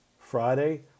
Friday